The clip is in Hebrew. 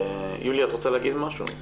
יוליה, את רוצה להגיד משהו?